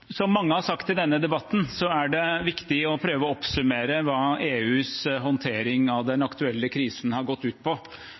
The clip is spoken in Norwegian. Som mange har sagt i denne debatten, er det viktig å prøve å oppsummere hva EUs håndtering av den